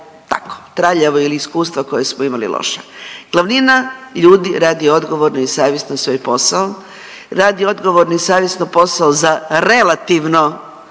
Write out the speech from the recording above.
tako traljavo ili iskustva koja smo imali loše. Glavnina ljudi radi odgovorno i savjesno svoj posao, radi odgovorno i savjesno posao za relativno